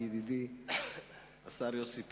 ידידי השר יוסי פלד,